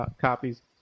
copies